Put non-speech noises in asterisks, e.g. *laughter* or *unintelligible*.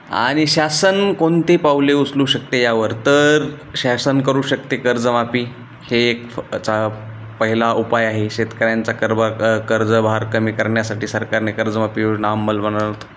आणि शासन कोणते पाऊले उचलू शकते यावर तर शासन करू शकते कर्जमाफी हे एक फ चा पहिला उपाय आहे शेतकऱ्यांचा कर्ब क कर्जभार कमी करण्यासाठी सरकारने कर्जमाफी योजना *unintelligible*